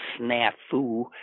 snafu